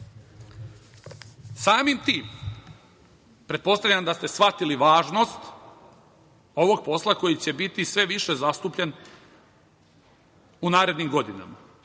samim tim pretpostavljam da ste shvatili važnost ovog posla koji će biti sve više zastupljen u narednim godinama.